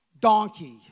donkey